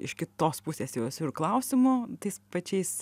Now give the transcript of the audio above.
iš kitos pusės jau esu ir klausimų tais pačiais